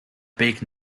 big